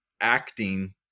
acting